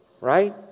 Right